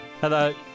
Hello